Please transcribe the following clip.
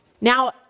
Now